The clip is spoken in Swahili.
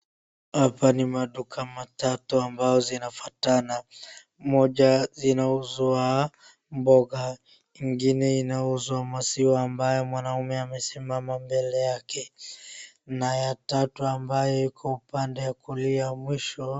Hapa ni maduka matatu ambazo zinafuatana. Moja inauzwa mboga, ingine inauzwa maziwa ambayo mwanaume amesimama mbele yake na ya tatu ambayo iko upande wa kulia mwisho...